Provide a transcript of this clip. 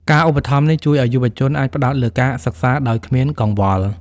ការឧបត្ថម្ភនេះ ជួយឱ្យយុវជនអាចផ្តោតលើការសិក្សាដោយគ្មានកង្វល់។